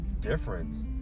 difference